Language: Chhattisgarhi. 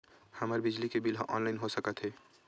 हमर बिजली के बिल ह ऑनलाइन हो सकत हे?